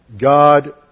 God